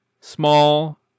small